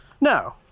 No